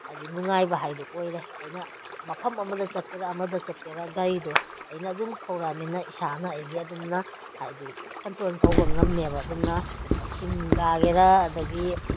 ꯍꯥꯏꯗꯤ ꯅꯨꯡꯉꯥꯏꯕ ꯍꯥꯏꯗꯨ ꯑꯣꯏꯔꯦ ꯑꯩꯅ ꯃꯐꯝ ꯑꯃꯗ ꯆꯠꯀꯦꯔꯥ ꯑꯃꯗ ꯆꯠꯀꯦꯔꯥ ꯒꯥꯔꯤꯗꯣ ꯑꯩꯅ ꯑꯗꯨꯝ ꯊꯧꯔꯝꯅꯤꯅ ꯏꯁꯥꯅ ꯑꯩꯒꯤ ꯑꯗꯨꯝꯅ ꯍꯥꯏꯗꯤ ꯀꯟꯇ꯭ꯔꯣꯜ ꯇꯧꯕ ꯉꯝꯃꯦꯕ ꯑꯗꯨꯝꯅ ꯆꯤꯡ ꯀꯥꯒꯦꯔꯥ ꯑꯗꯒꯤ